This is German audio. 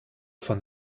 von